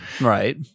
Right